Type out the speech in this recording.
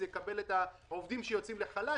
יקבל את העובדים שיוצאים לחל"ת,